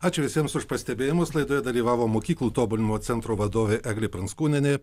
ačiū visiems už pastebėjimus laidoje dalyvavo mokyklų tobulinimo centro vadovė eglė pranckūnienė